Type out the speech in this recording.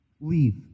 Leave